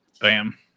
Bam